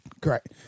Correct